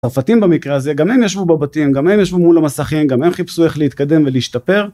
צרפתים במקרה הזה גם הם ישבו בבתים גם הם ישבו מול המסכים גם הם חיפשו איך להתקדם ולהשתפר.